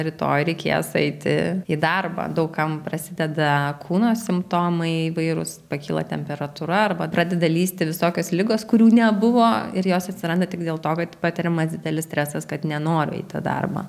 rytoj reikės eiti į darbą daug kam prasideda kūno simptomai įvairūs pakyla temperatūra arba pradeda lįsti visokios ligos kurių nebuvo ir jos atsiranda tik dėl to kad patiriamas didelis stresas kad nenori į tą darbą